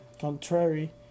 contrary